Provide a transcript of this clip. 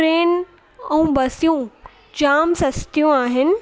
train ऐं बसियूं जामु सस्तियूं आहिनि